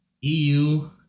EU